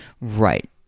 Right